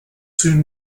soon